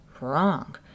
wrong